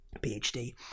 PhD